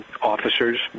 officers